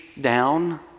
down